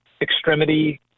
extremity